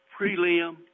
prelim